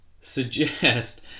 suggest